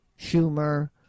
Schumer